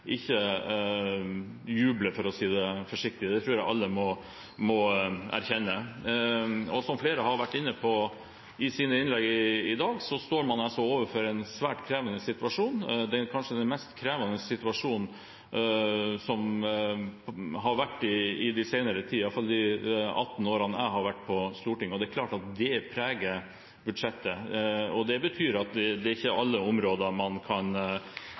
ikke jubler, for å si det forsiktig. Det tror jeg alle må erkjenne. Som flere har vært inne på i sine innlegg i dag, står man altså overfor en svært krevende situasjon, kanskje den meste krevende situasjon som har vært i den senere tid, i hvert fall på de 18 årene jeg har vært på Stortinget. Det er klart at det preger budsjettet. Det betyr at det er ikke alle områder man kan